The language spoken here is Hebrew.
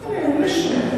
איפה מוכרים,